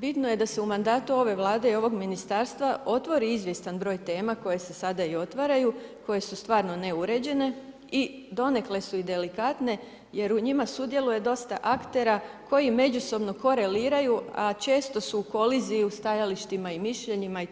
Bitno je da se u mandatu ove Vlada i ovog Ministarstva otvori izvjestan broj tema koje se sada i otvaraju, koje su stvarno neuređene i donekle su i delikatne jer u njima sudjeluje dosta aktera koji međusobno koreliraju, a često su u koliziji u stajalištima i mišljenjima i